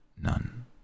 None